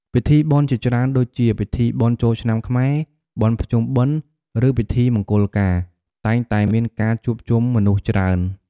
ពិធីបុណ្យជាច្រើនដូចជា បុណ្យចូលឆ្នាំខ្មែរ បុណ្យភ្ជុំបិណ្ឌ ឬពិធីមង្គលការ តែងតែមានការជួបជុំមនុស្សច្រើន។